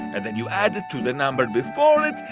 and then you add it to the number before it.